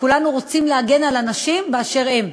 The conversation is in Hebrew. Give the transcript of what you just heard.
וכולנו רוצים להגן על אנשים באשר הם.